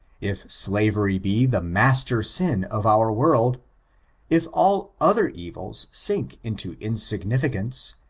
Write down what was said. if slavery be the master sin of our world if all other evils sink into insignificance,